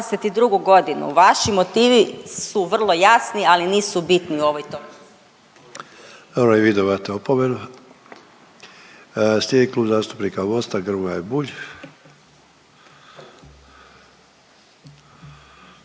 za 2022. godinu. Vaši motivi su vrlo jasni, ali nisu bitni u ovoj točci.